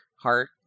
heart